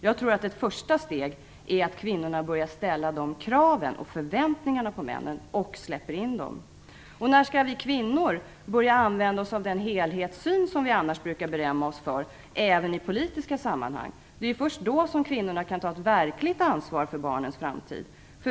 Jag tror att ett första steg är att kvinnorna börjar ställa de kraven och förväntningarna på männen, och släpper in dem. När skall vi kvinnor börja använda oss av den helhetssyn som vi annars brukar berömma oss för även i politiska sammanhang? Det är först då som kvinnorna kan ta ett verkligt ansvar för barnens framtid.